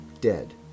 dead